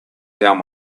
down